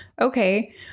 Okay